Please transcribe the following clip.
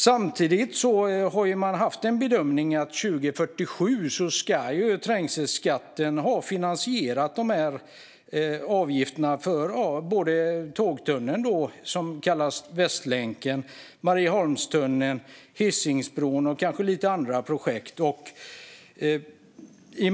Samtidigt har man haft en bedömning att 2047 ska trängselskatten ha finansierat både tågtunneln, som kallas Västlänken, Marieholmstunneln, Hisingsbron och kanske några andra projekt.